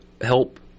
help